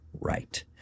right